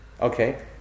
okay